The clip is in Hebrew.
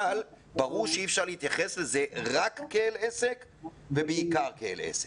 אבל ברור שאי אפשר להתייחס לזה רק כעסק או בעיקר כאל עסק.